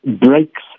breaks